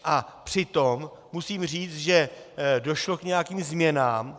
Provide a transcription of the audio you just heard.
A přitom musím říct, že došlo k nějakým změnám.